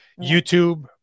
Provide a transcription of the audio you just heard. youtube